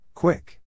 Quick